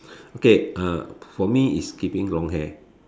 okay uh for me is keeping long hair